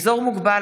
(אזור מוגבל),